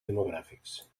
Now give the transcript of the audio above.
demogràfics